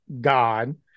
God